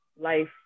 life